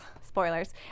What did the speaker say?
spoilers